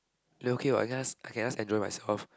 he okay what he can ask I can ask enjoy myself